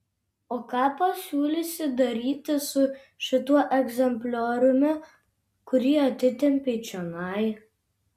o ką pasiūlysi daryti su šituo egzemplioriumi kurį atitempei čionai